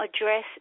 address